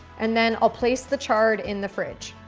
and then i'll place the chard in the fridge.